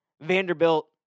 Vanderbilt